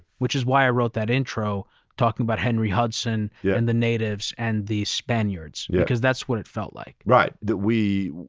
which is why i wrote that intro talking about henry hudson yeah and the natives and the spaniards, because that's what it felt like. right. that we,